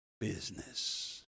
business